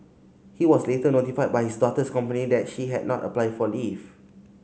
he was later notified by his daughter's company that she had not applied for leave